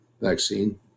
vaccine